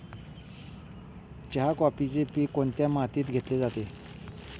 चहा, कॉफीचे पीक कोणत्या मातीत घेतले जाते?